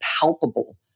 palpable